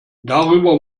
darüber